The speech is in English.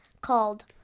called